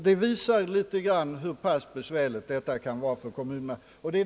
Detta ger en liten antydan om hur pass besvärligt det kan vara för kommunerna.